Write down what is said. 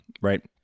right